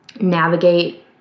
navigate